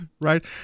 right